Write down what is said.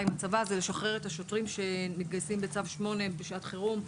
זה לשחרר את השוטרים שמתגייסים בצו 8 בשעת חירום.